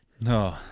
No